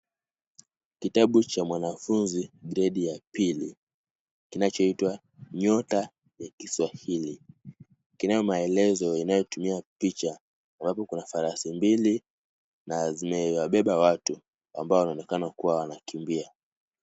Kitabu cha mwanafunzi, gredi ya pili kinachoitwa, Nyota ya Kiswahili, kinayo maelezo inayotumia picha na hapo kuna farasi mbili na zile zinabeba watu, ambayo inaonekana kuwa wanakimbia.